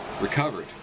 recovered